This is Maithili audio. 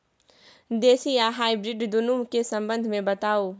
देसी आ हाइब्रिड दुनू के संबंध मे बताऊ?